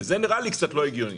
זה נראה לי קצת לא הגיוני.